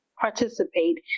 participate